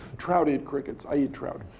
trout eat crickets. i eat trout.